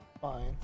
Fine